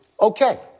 okay